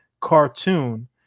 cartoon